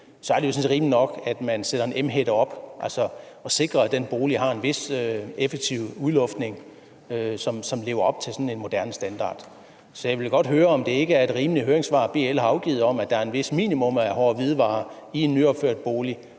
sådan set rimeligt nok, at man sætter en emhætte op og sikrer, at den bolig har en vis effektiv udluftning, som lever op til en moderne standard. Så jeg vil godt høre, om det ikke er et rimeligt høringssvar, BL har afgivet, om, at der er et vist minimum af hårde hvidevarer i en nyopført bolig,